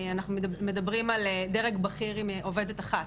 אנחנו מדברים על דרג בכיר עם עובדת אחת,